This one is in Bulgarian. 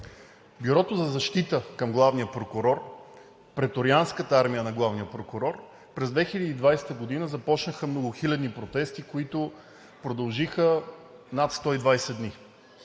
Бюрото за защита към главния прокурор, преторианската армия на главния прокурор през 2020 г. започнаха многохилядни протести, които продължиха над 120 дни